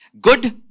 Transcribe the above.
good